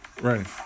Right